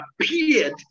appeared